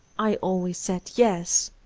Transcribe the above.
i always said yes.